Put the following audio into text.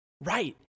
Right